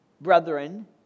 brethren